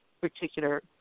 particular